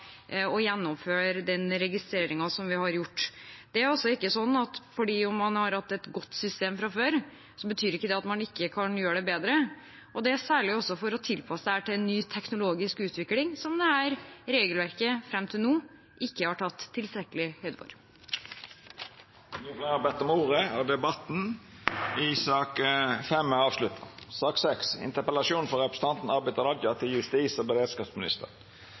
å gjennomføre den registreringen vi har gjort. Det at man har hatt et godt system fra før, betyr ikke at man ikke kan gjøre det bedre. Det er særlig også for å tilpasse det til en ny teknologisk utvikling, som regelverket fram til nå ikke har tatt tilstrekkelig høyde for. Fleire har ikkje bedt om ordet til sak nr. 5. I